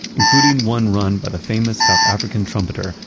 including one run by the famous south african trumpeter,